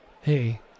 Hey